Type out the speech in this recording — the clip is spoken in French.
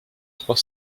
trois